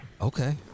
Okay